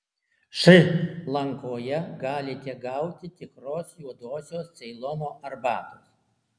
šri lankoje galite gauti tikros juodosios ceilono arbatos